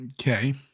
Okay